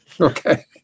Okay